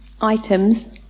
items